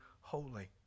holy